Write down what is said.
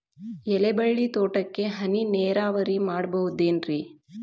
ಎಲೆಬಳ್ಳಿ ತೋಟಕ್ಕೆ ಹನಿ ನೇರಾವರಿ ಮಾಡಬಹುದೇನ್ ರಿ?